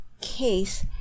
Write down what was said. case